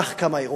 כך קמה ירוחם.